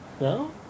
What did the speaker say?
No